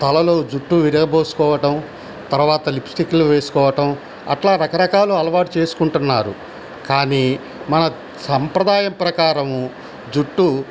తలలో జుట్టు విరబోసుకోవడం తర్వాత లిప్స్టిక్లు వేసుకోవటం అట్లా రకరకాలు అలవాటు చేసుకుంటున్నారు కానీ మన సంప్రదాయం ప్రకారము జుట్టు